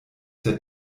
der